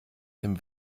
dem